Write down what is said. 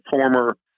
former